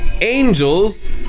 ANGELS